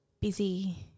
busy